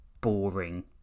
boring